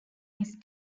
his